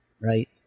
Right